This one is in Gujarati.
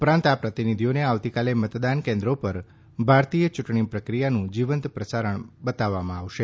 ઉપરાંત આ પ્રતિનિધિઓને આવતીકાલે મતદાન કેન્દ્રો પર ભારતીય ચૂંટણી પ્રક્રિયાનું જીવંત પ્રસારણ બતાવવામાં આવશે